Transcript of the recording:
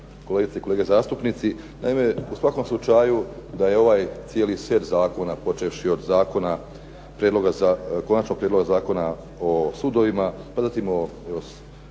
kolegice i kolege zastupnici. U svakom slučaju da je ovaj cijeli set zakona, počevši od Prijedloga zakona o sudovima, pa zatim